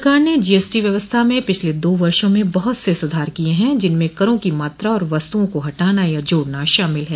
सरकार ने जीएसटी व्यवस्था में पिछले दो वर्षों में बहुत से सुधार किये हैं जिनमें करों की मात्रा और वस्तुओं का हटाना या जोड़ना शामिल हैं